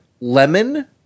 lemon